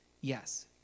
yes